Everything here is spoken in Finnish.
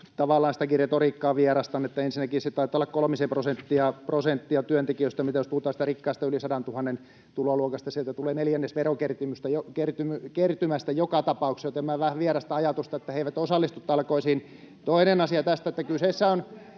tavallaan sitäkin retoriikkaa vierastan. Ensinnäkin se taitaa olla kolmisen prosenttia työntekijöistä, jos puhutaan siitä rikkaasta, yli 100 000:n tuloluokasta, ja sieltä tulee neljännes verokertymästä joka tapauksessa, joten minä vähän vierasta ajatusta, että he eivät osallistu talkoisiin. Toinen asia tässä on, että kyseessä on